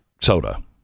soda